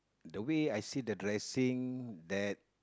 the way I see the dressing that